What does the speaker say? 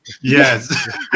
yes